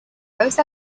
both